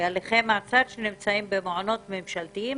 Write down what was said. בהליכי מעצר שנמצאים במעונות ממשלתיים